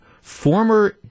former